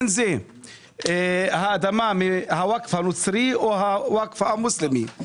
האדמה מה-וואקף הנוצרי או ה-וואקף המוסלמי.